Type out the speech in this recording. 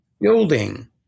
Building